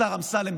השר אמסלם,